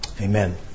Amen